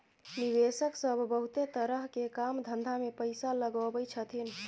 निवेशक सब बहुते तरह के काम धंधा में पैसा लगबै छथिन